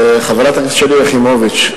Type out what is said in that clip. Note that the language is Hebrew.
חברת הכנסת שלי יחימוביץ,